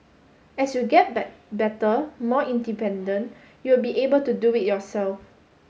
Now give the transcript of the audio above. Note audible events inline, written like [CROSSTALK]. as you get [UNINTELLIGIBLE] better more independent you will be able to do it yourself